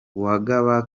uwagaba